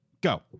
go